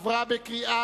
עברה בקריאה